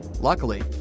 Luckily